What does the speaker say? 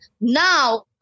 now